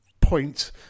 point